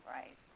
Right